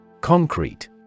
Concrete